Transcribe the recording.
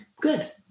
good